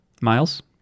Miles